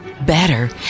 better